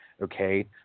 Okay